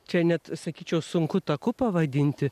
čia net sakyčiau sunku taku pavadinti